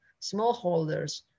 smallholders